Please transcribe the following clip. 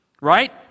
Right